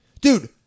Dude